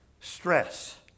Stress